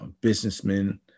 businessmen